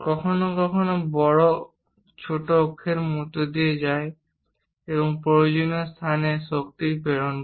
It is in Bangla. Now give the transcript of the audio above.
কখনও বড় ছোট অক্ষের মধ্য দিয়ে উপরে যায় এবং প্রয়োজনীয় স্থানে শক্তি প্রেরণ করে